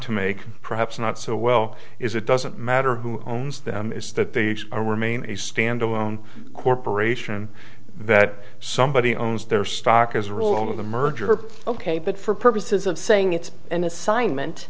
to make perhaps not so well is it doesn't matter who owns them is that they are remain a standalone corporation that somebody owns their stock as a rule of the merger ok but for purposes of saying it's an assignment